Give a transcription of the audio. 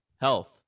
health